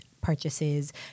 purchases